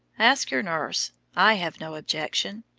ask your nurse i have no objection.